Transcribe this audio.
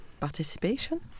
participation